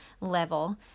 level